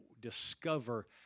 discover